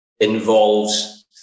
involves